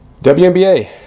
WNBA